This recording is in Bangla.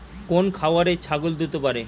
কোন খাওয়ারে ছাগল দ্রুত বাড়ে?